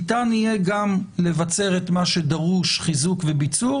ניתן יהיה גם לבצר את מה דרוש חיזוק וביצור